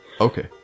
okay